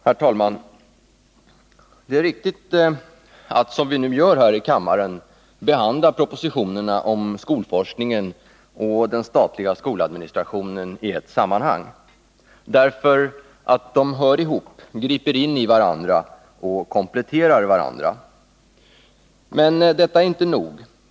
Herr talman! Det är riktigt att, som vi nu gör här i kammaren, behandla propositionerna om skolforskningen och den statliga skoladministrationen i ett sammanhang, därför att de hör ihop, griper in i varandra och kompletterar varandra. Men detta är inte nog.